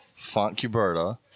Fontcuberta